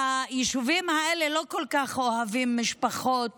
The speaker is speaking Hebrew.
היישובים האלה לא כל כך אוהבים משפחות